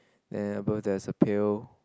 then above there's a pail